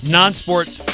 non-sports